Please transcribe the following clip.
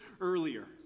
earlier